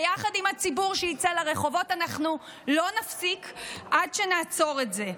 ויחד עם הציבור שיצא לרחובות אנחנו לא נפסיק עד שנעצור את זה.